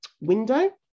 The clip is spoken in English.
window